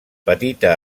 petita